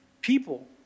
People